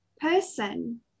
person